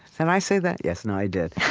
and i say that? yes, no, i did.